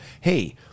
Hey